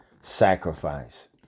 sacrifice